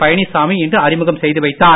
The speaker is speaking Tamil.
பழனிசாமி இன்று அறிமுகம் செய்து வைத்தார்